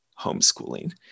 homeschooling